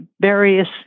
various